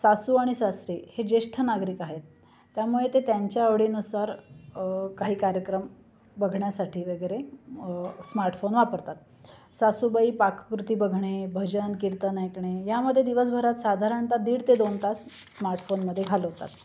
सासू आणि सासरे हे ज्येष्ठ नागरिक आहेत त्यामुळे ते त्यांच्या आवडीनुसार काही कार्यक्रम बघण्यासाठी वगैरे स्मार्टफोन वापरतात सासूबाई पाककृती बघणे भजन कीर्तन ऐकणे यामध्ये दिवसभरात साधारणतः दीड ते दोन तास स्मार्टफोनमध्ये घालवतात